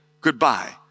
goodbye